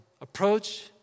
approach